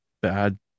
bad